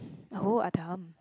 oh Adam